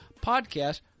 podcast